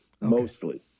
mostly